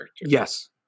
Yes